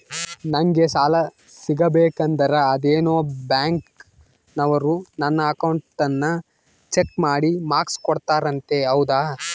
ನಂಗೆ ಸಾಲ ಸಿಗಬೇಕಂದರ ಅದೇನೋ ಬ್ಯಾಂಕನವರು ನನ್ನ ಅಕೌಂಟನ್ನ ಚೆಕ್ ಮಾಡಿ ಮಾರ್ಕ್ಸ್ ಕೊಡ್ತಾರಂತೆ ಹೌದಾ?